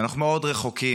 אנחנו מאוד רחוקים,